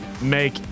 make